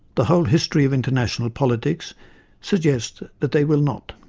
the whole history of international politics suggests that they will not.